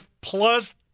plus